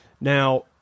Now